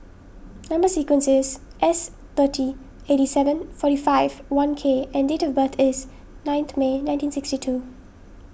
Number Sequence is S thirty eighty seven forty five one K and date of birth is ninth May nineteen sixty two